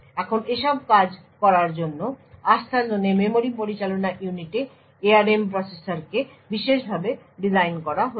এখন এসব কাজ করার জন্য আস্থাজোনে মেমরি পরিচালনা ইউনিটে ARM প্রসেসরকে বিশেষভাবে ডিজাইন করা হয়েছে